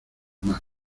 mar